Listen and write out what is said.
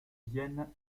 vienne